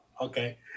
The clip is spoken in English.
Okay